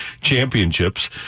championships